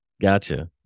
Gotcha